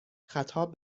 خطاب